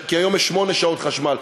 כי היום יש שמונה שעות חשמל,